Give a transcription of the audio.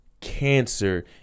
cancer